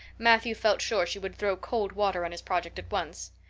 matthew felt sure she would throw cold water on his project at once.